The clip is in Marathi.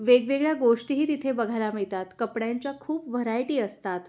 वेगवेगळ्या गोष्टीही तिथे बघायला मिळतात कपड्यांच्या खूप व्हरायटी असतात